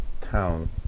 town